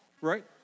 right